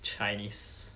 chinese